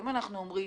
אם אנחנו אומרים